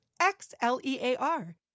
X-L-E-A-R